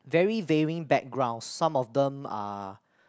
very waving backgrounds some of them are